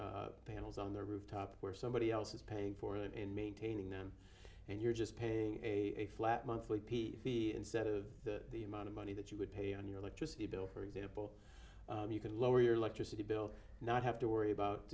panels on their rooftop where somebody else is paying for it and maintaining them and you're just paying a flat monthly p v instead of the amount of money that you would pay on your electricity bill for example you could lower your electricity bill not have to worry about